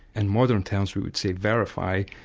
and modern terms we would say, verify,